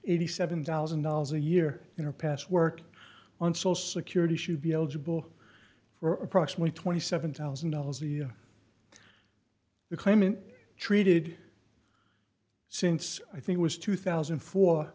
eighty seven thousand dollars a year in her past work on social security should be eligible for approximately twenty seven thousand dollars a year the claimant treated since i think it was two thousand